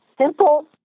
simple